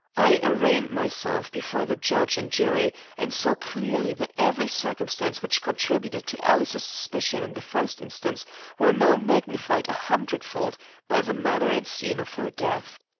i arraigned myself before the judge and jury, and saw clearly that every circumstance which contributed to alice's suspicions in the first instance were now magnified a hundred-fold by the manner and scene of her death.